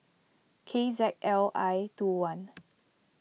K Z L I two one